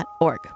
org